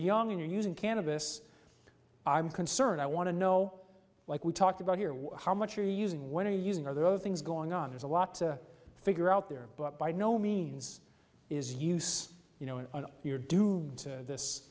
young you're using cannabis i'm concerned i want to know like we talked about here what how much you're using what are you using are there other things going on there's a lot to figure out there but by no means is use you know an on your do do this